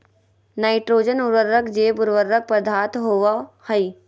nitrogen उर्वरक जैव उर्वरक पदार्थ होबो हइ